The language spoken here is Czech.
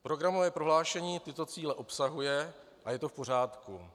Programové prohlášení tyto cíle obsahuje a je to v pořádku.